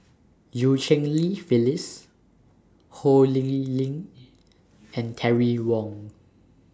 EU Cheng Li Phyllis Ho Lee Ling and Terry Wong